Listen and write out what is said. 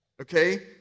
Okay